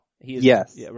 Yes